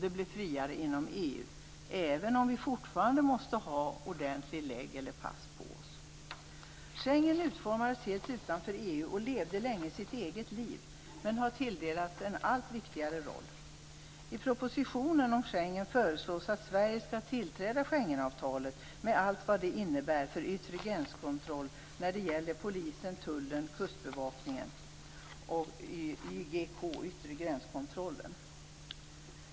Det blir friare inom EU, även om vi fortfarande måste ha en ordentlig legitimation eller ett pass på oss. Schengen utformades utanför EU och levde länge sitt eget liv men har tilldelats en allt viktigare roll. I propositionen om Schengen föreslås att Sverige skall tillträda Schengenavtalet med allt vad det innebär för yttre gränskontroll, polis, tull och kustbevakning.